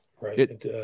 Right